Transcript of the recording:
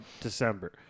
December